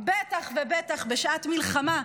בטח ובטח בשעת מלחמה,